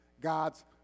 God's